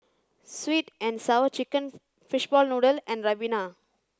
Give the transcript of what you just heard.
sweet and sour chicken fishball noodle and ribena